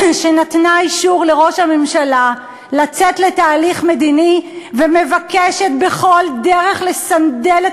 שנתנה אישור לראש הממשלה לצאת לתהליך מדיני ומבקשת בכל דרך לסנדל את